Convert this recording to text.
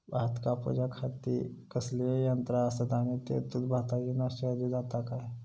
भात कापूच्या खाती कसले यांत्रा आसत आणि तेतुत भाताची नाशादी जाता काय?